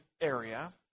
area